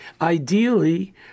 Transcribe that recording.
Ideally